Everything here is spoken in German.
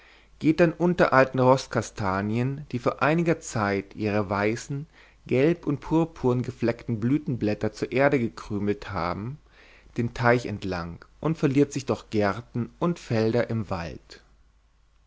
geht dann unter alten roßkastanien die vor einiger zeit ihre weißen gelb und purpurn gefleckten blütenblätter zur erde gekrümelt haben den teich entlang und verliert sich durch gärten und felder im wald